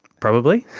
probably?